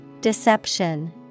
Deception